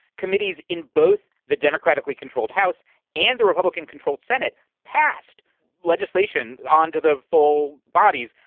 committees in both the democratically controlled house and the republican controlled senate passed legislation on to the full bodies.